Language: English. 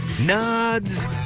Nods